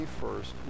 first